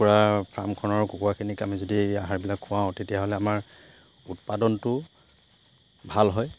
কুকুৰা ফাৰ্মখনৰ কুকুৰাখিনিক আমি যদি এই আহাৰবিলাক খুৱাওঁ তেতিয়াহ'লে আমাৰ উৎপাদনটো ভাল হয়